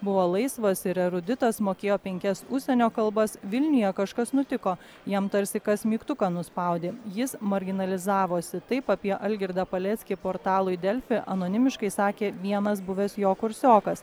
buvo laisvas ir eruditas mokėjo penkias užsienio kalbas vilniuje kažkas nutiko jam tarsi kas mygtuką nuspaudė jis marginalizavosi taip apie algirdą paleckį portalui delfi anonimiškai sakė vienas buvęs jo kursiokas